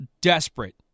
desperate